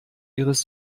ihres